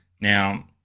Now